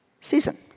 season